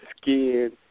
skin